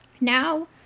now